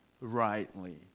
Rightly